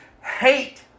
hate